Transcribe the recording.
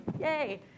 yay